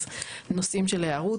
אז נושאים של הערות,